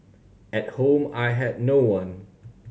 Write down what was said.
at home I had no one